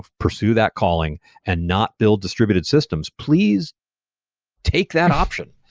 ah pursue that calling and not build distributed systems, please take that option.